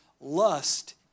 Lust